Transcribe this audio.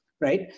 right